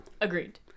Agreed